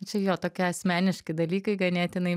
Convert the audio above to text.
čia jo tokie asmeniški dalykai ganėtinai